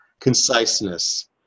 Conciseness